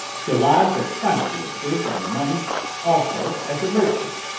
to lodge a quantity of goods and money also as a merchant,